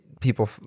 people